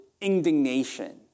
indignation